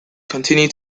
continue